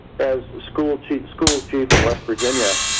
as school chief school chief in west virginia,